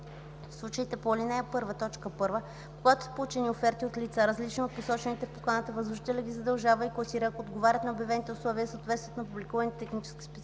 В случаите по ал. 1, т. 1, когато са получени оферти от лица, различни от посочените в поканата, възложителят ги разглежда и класира, ако отговарят на обявените условия и съответстват на публикуваните технически спецификации.